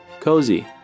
Cozy